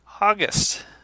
august